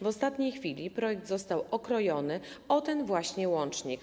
W ostatniej chwili projekt został okrojony o ten właśnie łącznik.